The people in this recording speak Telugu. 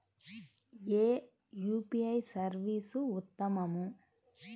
ఏ యూ.పీ.ఐ సర్వీస్ ఉత్తమము?